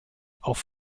auf